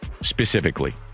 Specifically